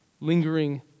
lingering